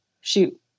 shoot